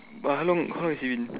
but how long how he's in